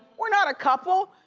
we're not a couple.